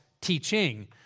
teaching